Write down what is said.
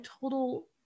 total